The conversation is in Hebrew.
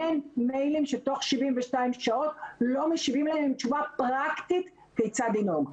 אין מיילים שתוך 72 שעות לא משיבים להם תשובה פרקטית כיצד לנהוג.